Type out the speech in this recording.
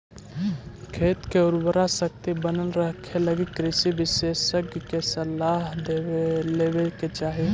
खेत के उर्वराशक्ति बनल रखेलगी कृषि विशेषज्ञ के सलाह लेवे के चाही